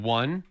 one